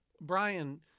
Brian